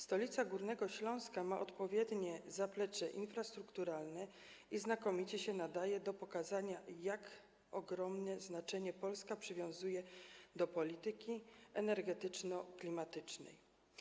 Stolica Górnego Śląska ma odpowiednie zaplecze infrastrukturalne i znakomicie się nadaje do pokazania, jak ogromne znaczenie Polska przywiązuje do polityki energetyczno-klimatycznej.